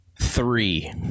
Three